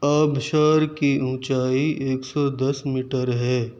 آبشار کی اونچائی ایک سو دس میٹر ہے